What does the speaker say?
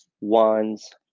wands